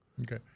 Okay